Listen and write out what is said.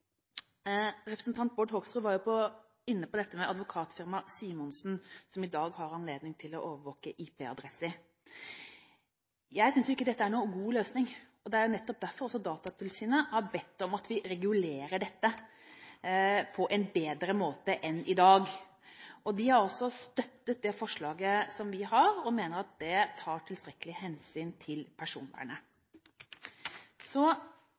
Bård Hoksrud var inne på dette med advokatfirmaet Simonsen, som i dag har anledning til å overvåke IP-adresser. Jeg synes ikke det er noen god løsning, og det er nettopp derfor Datatilsynet har bedt om at vi regulerer dette på en bedre måte enn i dag. De har også støttet det forslaget vi har, og mener at det tar tilstrekkelig hensyn til